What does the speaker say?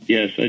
Yes